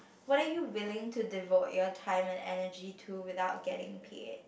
what are you willing to devote your time and energy to without getting paid